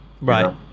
Right